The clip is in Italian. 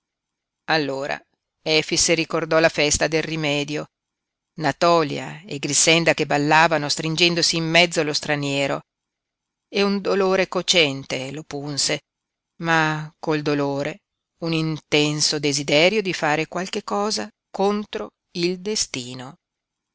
miele allora efix ricordò la festa del rimedio natòlia e grixenda che ballavano stringendosi in mezzo lo straniero e un dolore cocente lo punse ma col dolore un intenso desiderio di fare qualche cosa contro il destino